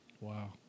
Wow